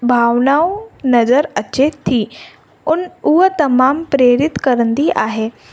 भावनाऊं नज़रु अचे थी उन उहा तमामु प्रेरित कंदी आहे